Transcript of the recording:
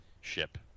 ship